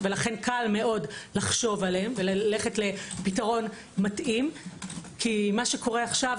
ולכן קל מאוד לחשוב עליהם וללכת לפתרון מתאים כי מה שקורה עכשיו,